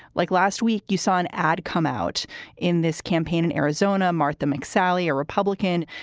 like last week, you saw an ad come out in this campaign in arizona. martha mcsally, a republican.